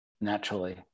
naturally